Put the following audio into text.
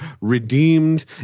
redeemed